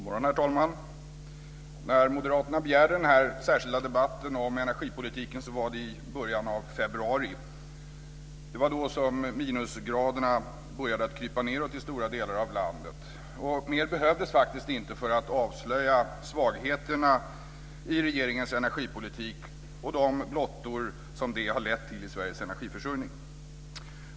Herr talman! När moderaterna begärde denna särskilda debatt om energipolitiken var det början av februari. Det var då temperaturen började krypa nedåt i stora delar av landet. Mer behövdes faktiskt inte för att avslöja svagheterna i regeringens energipolitik och de blottor som det har lett till i Sveriges energiförsörjning.